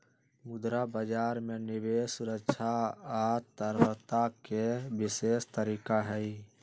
मुद्रा बजार में निवेश सुरक्षा आ तरलता के विशेष तरीका हई